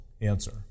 answer